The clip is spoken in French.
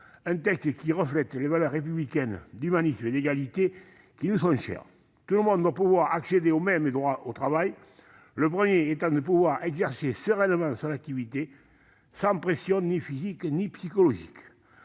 d'un texte qui reflète les valeurs républicaines d'humanisme et d'égalité qui nous sont chères. Tout le monde doit pouvoir accéder aux mêmes droits au travail, le premier d'entre eux étant de pouvoir exercer sereinement son activité, sans pression, qu'elle soit physique ou psychologique.